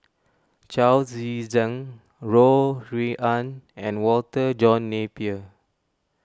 Chao Tzee Cheng Ho Rui An and Walter John Napier